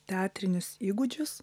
teatrinius įgūdžius